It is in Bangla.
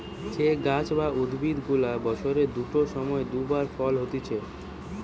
যে গাছ বা উদ্ভিদ গুলা বছরের দুটো সময় দু বার ফল হতিছে